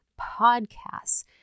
podcasts